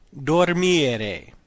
dormire